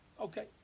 Okay